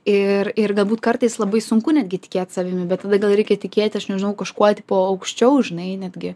ir ir galbūt kartais labai sunku netgi tikėt savimi bet tada gal reikia tikėti aš nežinau kažkuo tipo aukščiau žinai netgi